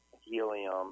helium